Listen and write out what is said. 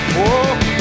Whoa